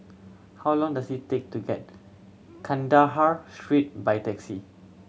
how long does it take to get Kandahar Street by taxi